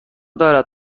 دارد